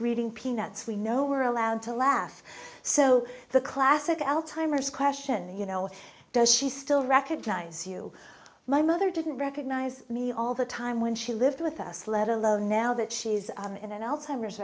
reading peanuts we know we're allowed to laugh so the classic al timers question you know does she still recognize you my mother didn't recognize me all the time when she lived with us let alone now that she's in an alzheimer